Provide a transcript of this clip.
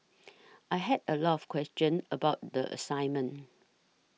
I had a lot of questions about the assignment